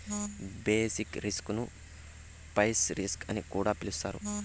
basic risk ను price risk అని కూడా పిలుత్తారు